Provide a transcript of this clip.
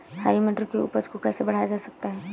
हरी मटर की उपज को कैसे बढ़ाया जा सकता है?